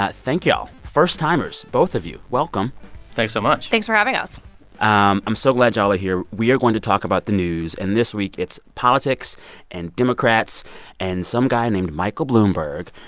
ah thank y'all. first-timers, both of you welcome thanks so much thanks for having us um i'm so glad y'all are here. we are going to talk about the news, and this week, it's politics and democrats and some guy named michael bloomberg.